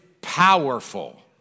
powerful